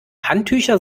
handtücher